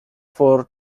for